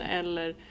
eller